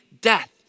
death